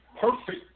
perfect